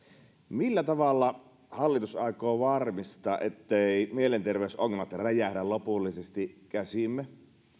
millä tavalla hallitus aikoo varmistaa etteivät mielenterveysongelmat räjähdä lopullisesti käsiimme